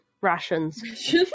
rations